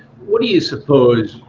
what do you suppose,